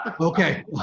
okay